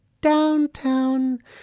downtown